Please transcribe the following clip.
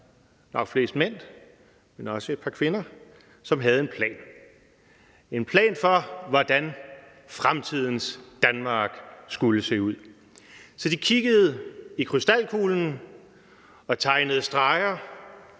var flest mænd, men også et par kvinder – der havde en plan for, hvordan fremtidens Danmark skulle se ud. Så de kiggede i krystalkuglen og tegnede streger